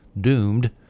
doomed